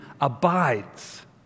abides